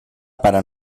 para